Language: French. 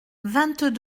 vingt